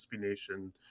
Nation